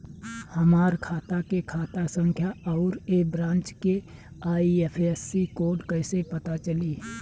हमार खाता के खाता संख्या आउर ए ब्रांच के आई.एफ.एस.सी कोड कैसे पता चली?